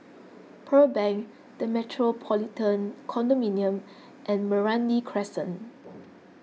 Pearl Bank the Metropolitan Condominium and Meranti Crescent